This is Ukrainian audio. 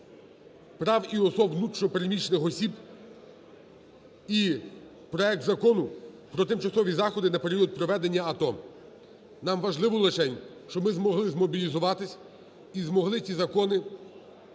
прав і осіб внутрішньо переміщених осіб і проект Закону України "Про тимчасові заходи на період проведення АТО". Нам важливо лишень, щоб ми змогли змобілізуватися і змогли ці закони